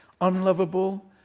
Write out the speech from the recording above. unlovable